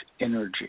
energy